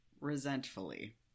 resentfully